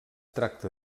tracta